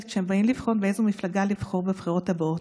כשהם באים לבחון באיזו מפלגה לבחור בבחירות הבאות.